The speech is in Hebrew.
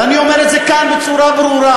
ואני אומר את זה כאן בצורה ברורה.